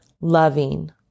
loving